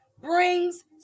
brings